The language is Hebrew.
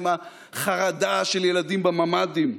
עם החרדה של ילדים בממ"דים.